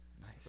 Nice